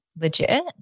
legit